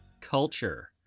culture